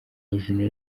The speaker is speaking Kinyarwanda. minisitiri